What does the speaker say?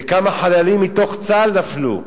וכמה חללים מתוך צה"ל נפלו,